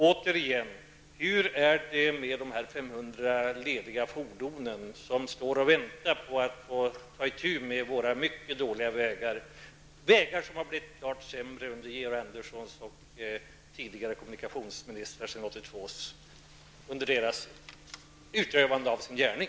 Återigen: Hur förhåller det sig med de 500 lediga fordon som står och väntar på att få ta itu med våra mycket dåliga vägar, vägar som har blivit klart sämre under Georg Anderssons och tidigare kommunikationsministrars -- sedan 1982 -- utövande av sin gärning.